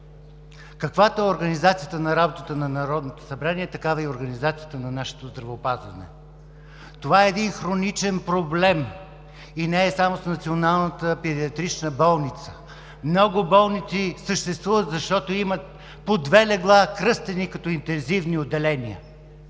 Каквато е организацията на работата на Народното събрание, такава е и организацията на нашето здравеопазване. Това е един хроничен проблем и не е само с Националната педиатрична болница. Много болници съществуват, защото имат по две легла, кръстени като интензивни отделения.